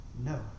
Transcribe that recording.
No